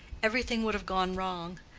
everything would have gone wrong.